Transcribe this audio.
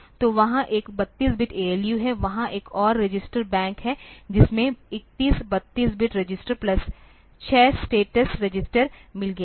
तो वहाँ एक 32 बिट ALU है वहाँ और एक रजिस्टर बैंक है जिसमे 31 32 बिट रजिस्टरों प्लस 6 स्टेटस रजिस्टर मिल गया है